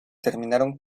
terminaron